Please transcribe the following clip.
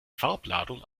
farbladung